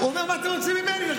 אלעזר, שנייה.